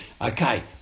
Okay